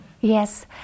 Yes